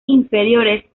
inferiores